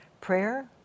prayer